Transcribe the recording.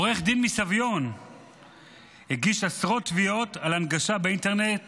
עורך דין מסביון הגיש עשרות תביעות על הנגשה באינטרנט